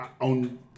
On